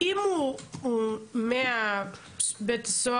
הוחזקו 135 כלואים בבידוד מתוך